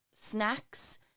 snacks